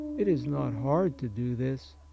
it is not hard to do this.